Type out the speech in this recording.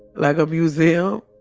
like a museum,